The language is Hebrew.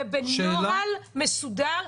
ובנוהל מסודר.